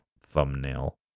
thumbnail